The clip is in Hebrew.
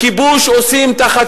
כיבוש עושים תחת